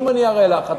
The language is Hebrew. אם אני אראה לך,